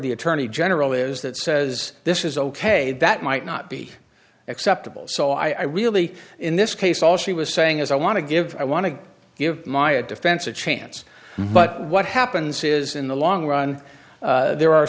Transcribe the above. the attorney general is that says this is ok that might not be acceptable so i really in this case all she was saying is i want to give i want to give my a defense a chance but what happens is in the long run there are